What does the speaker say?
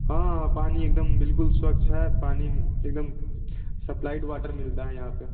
हाँ हाँ हाँ पानी एक दम बिल्कुल स्वच्छ है पानी एक दम सप्लाइड वाटर मिलता है यहाँ पर